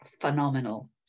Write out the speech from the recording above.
phenomenal